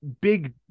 big